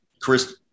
Chris